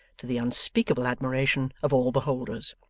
to the unspeakable admiration of all beholders.